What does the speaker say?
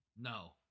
No